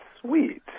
sweet